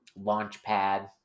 Launchpad